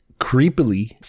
creepily